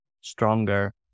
stronger